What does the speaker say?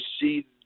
see